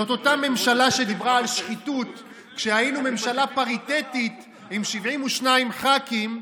זאת אותה ממשלה שדיברה על שחיתות כשהיינו ממשלה פריטטית עם 72 ח"כים.